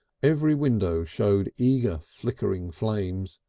every window showed eager flickering flames,